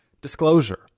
disclosure